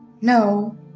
No